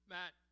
Matt